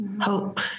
Hope